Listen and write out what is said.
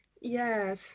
Yes